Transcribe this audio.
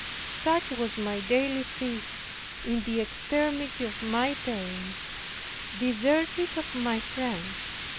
such was my daily feast in the extremity of my pain deserted of my friends,